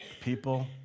people